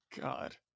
God